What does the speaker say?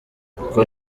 uko